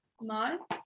no